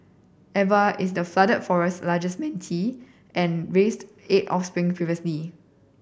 Eva is the Flooded Forest largest manatee and raised eight offspring previously